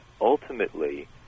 ultimately